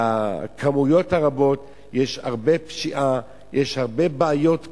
לכמויות הרבות יש הרבה פשיעה, יש הרבה בעיות קשות,